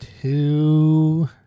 Two